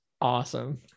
Awesome